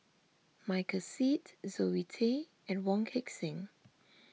Michael Seet Zoe Tay and Wong Heck Sing